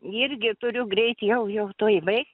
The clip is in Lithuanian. irgi turiu greit jau jau tuoj baigt